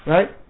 Right